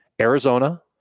Arizona